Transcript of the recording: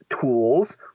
Tools